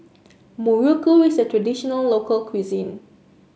muruku is a traditional local cuisine